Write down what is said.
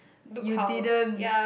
you didn't